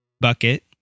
bucket